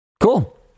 Cool